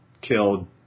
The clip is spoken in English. killed